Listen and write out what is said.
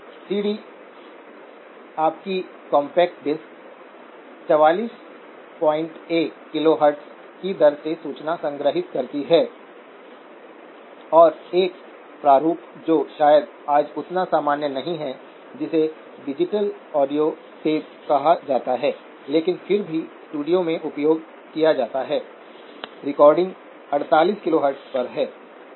CD आपकी compact disc 441 kilohertz की दर से सूचना संग्रहीत करती है और एक प्रारूप जो शायद आज उतना सामान्य नहीं है जिसे डिजिटल ऑडियो टेप कहा जाता है लेकिन फिर भी स्टूडियो में उपयोग किया जाता है रिकॉर्डिंग 48 किलोहर्ट्ज़ पर है ठीक है